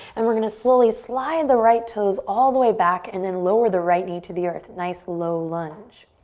and we're gonna slowly slide the right toes all the way back and then lower the right knee to the earth. a nice low lunge.